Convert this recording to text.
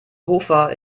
hofer